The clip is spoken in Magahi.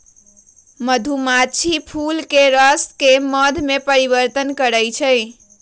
मधुमाछी फूलके रसके मध में परिवर्तन करछइ